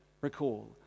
recall